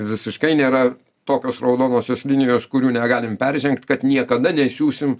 visiškai nėra tokios raudonosios linijos kurių negalim peržengt kad niekada nesiųsim